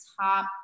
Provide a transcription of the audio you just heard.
top